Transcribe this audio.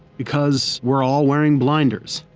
because we're all wearing blinders,